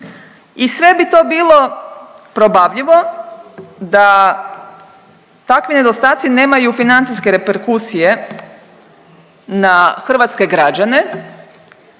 I sve bi to bilo probavljivo da takvi nedostaci nemaju financijske reperkusije na hrvatske građane,